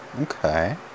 Okay